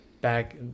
back